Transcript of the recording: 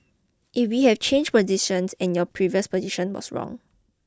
if we have changed position and your previous position was wrong